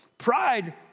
Pride